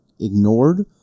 ignored